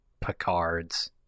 picards